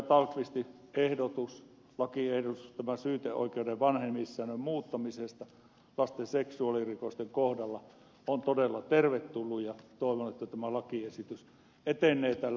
tallqvistin lakiehdotus tämän syyteoikeuden vanhenemissäännön muuttamisesta lasten seksuaalirikosten kohdalla on todella tervetullut ja toivon että tämä lakiesitys etenee täällä eduskunnassa